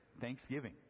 Thanksgiving